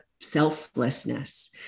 selflessness